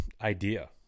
idea